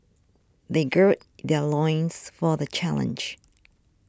they gird their loins for the challenge